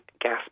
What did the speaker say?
gas